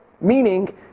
meaning